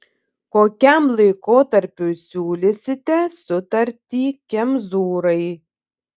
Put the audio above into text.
kokiam laikotarpiui siūlysite sutartį kemzūrai